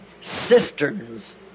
cisterns